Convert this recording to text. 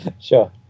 Sure